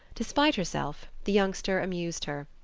despite herself, the youngster amused her.